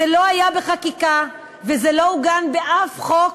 זה לא היה בחקיקה, וזה לא עוגן באף חוק